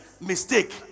mistake